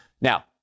Now